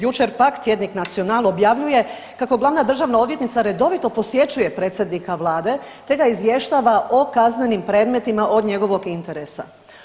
Jučer pak tjednik Nacional objavljuje kako glavna državna odvjetnica redovito posjećuje predsjednika vlade, te ga izvještava o kaznenim predmetima od njegovog interesa.